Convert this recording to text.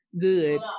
good